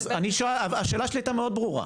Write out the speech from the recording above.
אז אני אשאל, השאלה שלי הייתה מאוד ברורה.